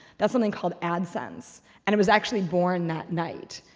that's something called adsense and it was actually born that night.